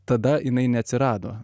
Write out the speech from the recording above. tada jinai neatsirado